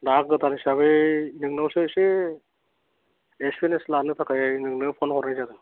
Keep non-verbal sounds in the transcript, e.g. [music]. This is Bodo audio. दा गोदान हिसाबै नोंनावसो एसे एसे [unintelligible] लानो थाखाय नोंनाव फन हरनाय जादों